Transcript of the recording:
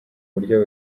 buryo